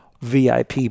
VIP